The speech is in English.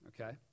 okay